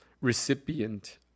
recipient